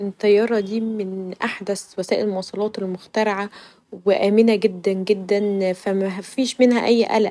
الطياره دي من احدث وسائل المواصلات المخترعه و أمنه جدا جدا فمافيش منها اي قلق